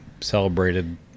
celebrated